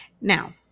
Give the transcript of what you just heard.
Now